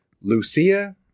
Lucia